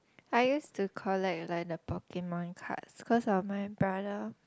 I used to collect like the Pokemon cards cause of my brother